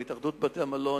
עם התאחדות בתי-המלון,